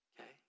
Okay